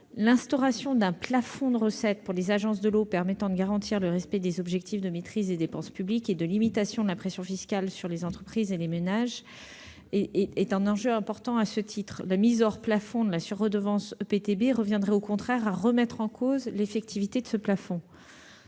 L'instauration d'un plafond de recettes pour les agences de l'eau permettant de garantir le respect des objectifs de maîtrise des dépenses publiques et de limitation de la pression fiscale sur les entreprises et les ménages constitue un enjeu important. La mise hors plafond de la sur-redevance EPTB reviendrait au contraire à remettre en cause l'effectivité de ce plafond.